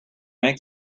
make